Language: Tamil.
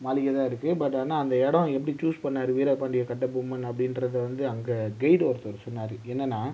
மாளிகை தான் இருக்குது பட் ஆனால் அந்த இடம் எப்படி சூஸ் பண்ணார் வீர பாண்டிய கட்டபொம்மன் அப்படின்றத வந்து அங்கே கைடு ஒருத்தரு சொன்னார் என்னென்னா